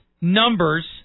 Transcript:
numbers